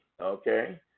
okay